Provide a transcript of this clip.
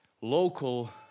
local